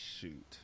shoot